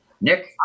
Nick